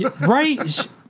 Right